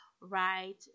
right